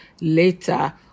later